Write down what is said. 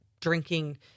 drinking